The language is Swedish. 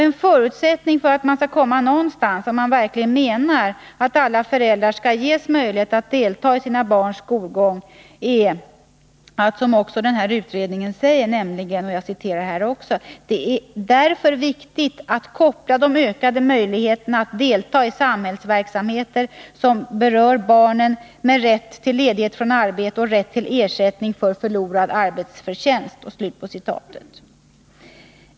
En förutsättning för att man skall komma någonstans, om man verkligen menar att alla föräldrar skall ges möjlighet att delta i sina barns skolgång, anges också av denna utredning, nämligen att det är viktigt att koppla samman de ökade möjligheterna att delta i samhällsverksamheter, som berör barnen, med rätt till ledighet från arbete och rätt till ersättning för förlorad arbetsförtjänst.